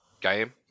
game